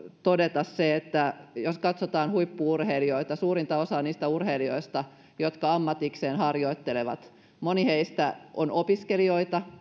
todeta se että jos katsotaan huippu urheilijoita suurinta osaa niistä urheilijoista jotka ammatikseen harjoittelevat moni heistä on opiskelija